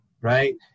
right